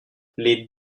les